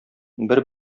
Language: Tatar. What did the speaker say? бер